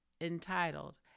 entitled